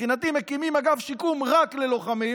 מבחינתי, מקימים אגף שיקום רק ללוחמים,